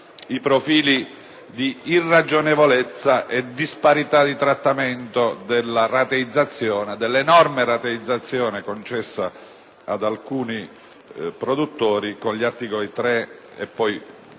i profili di irragionevolezza e disparità di trattamento dell'enorme rateizzazione concessa ad alcuni produttori con gli articoli 3 e 6